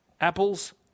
Apples